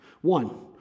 One